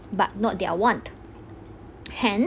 but not their want hence